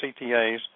CTAs